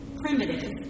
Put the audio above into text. primitive